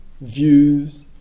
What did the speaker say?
views